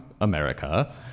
America